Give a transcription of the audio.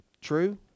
True